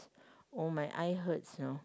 oh my eye hurts no